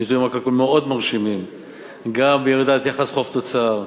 הנתונים הכלכליים מאוד מרשימים גם בירידת יחס חוב תוצר,